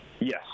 Yes